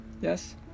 yes